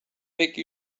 väg